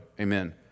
Amen